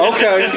Okay